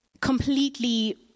completely